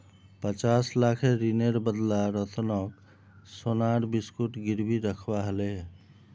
पचास लाखेर ऋनेर बदला रतनक सोनार बिस्कुट गिरवी रखवा ह ले